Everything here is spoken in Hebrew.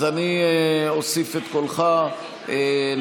אז אני אוסיף את קולך לתומכים.